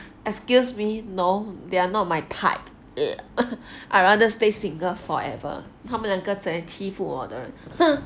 excuse me no they are not my type I'd rather stay single forever 他们两个整天欺负我的人哼